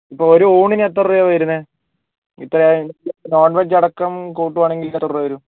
ഇപ്പോൾ ഒരു ഊണിന് എത്ര രൂപയാ വരുന്നത് ഇത്ര ആയാൽ നോൺവെജ് അടക്കം കൂട്ടുവാണെങ്കിൽ എത്ര രൂപ വരും